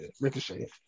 ricochet